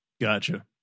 Gotcha